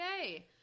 Yay